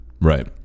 Right